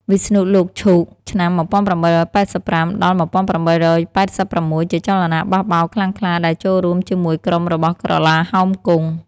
វិស្ណុលោកឈូក (ឆ្នាំ ១៨៨៥-១៨៨៦) ជាចលនាបះបោរខ្លាំងខ្លាដែលចូលរួមជាមួយក្រុមរបស់ក្រឡាហោមគង់។